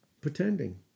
Pretending